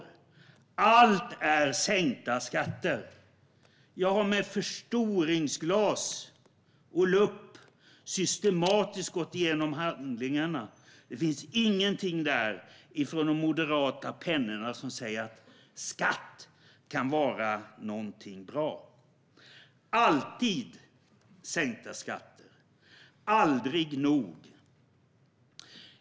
Allt är sänkta skatter. Jag har med förstoringsglas och lupp systematiskt gått igenom handlingarna. Det finns inget från de moderata pennorna som säger att skatt kan vara något bra. Det är alltid sänkta skatter. De får aldrig nog.